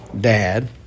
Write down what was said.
Dad